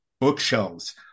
bookshelves